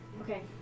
Okay